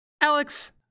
alex